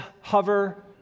hover